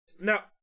now